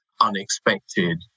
unexpected